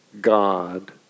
God